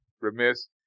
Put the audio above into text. remiss